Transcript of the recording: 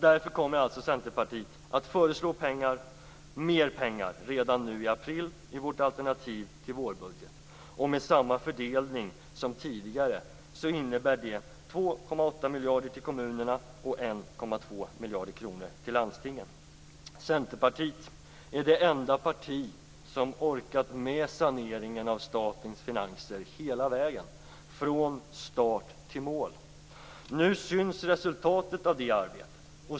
Därför kommer vi i Centerpartiet att föreslå mera pengar redan nu i april i vårt alternativ till vårbudgeten. Med samma fördelning som tidigare innebär det Centerpartiet är det enda partiet som orkat med saneringen av statens finanser hela vägen, från start till mål. Nu syns resultatet av det arbetet.